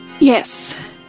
yes